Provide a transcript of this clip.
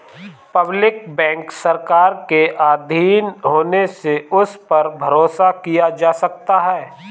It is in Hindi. पब्लिक बैंक सरकार के आधीन होने से उस पर भरोसा किया जा सकता है